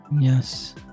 yes